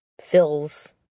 fills